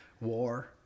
War